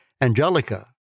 Angelica